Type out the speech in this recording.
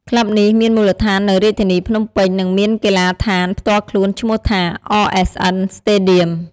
ក្លឹបនេះមានមូលដ្ឋាននៅរាជធានីភ្នំពេញ និងមានកីឡដ្ឋានផ្ទាល់ខ្លួនឈ្មោះថា RSN Stadium។